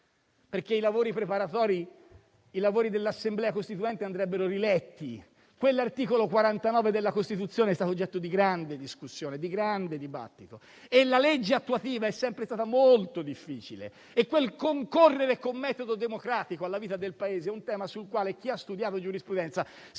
I lavori dell'Assemblea costituente andrebbero riletti. L'articolo 49 della Costituzione è stato oggetto di grande discussione e dibattito e la legge attuativa è sempre stata molto difficile. Il «concorrere con metodo democratico» alla vita del Paese è un tema sul quale chi ha studiato giurisprudenza